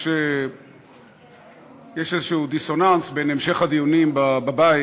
יש איזה דיסוננס בין המשך הדיונים בבית